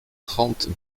trente